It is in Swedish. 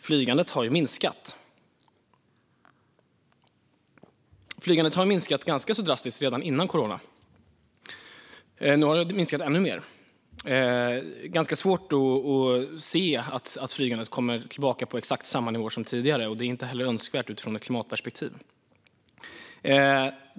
Flygandet minskade rätt drastiskt redan före corona, och nu har det minskat ännu mer. Jag har svårt att se att flygandet kommer tillbaka till samma nivåer som tidigare, och det är inte heller önskvärt ur ett klimatperspektiv.